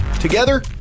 Together